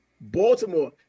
Baltimore